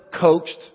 coached